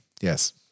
Yes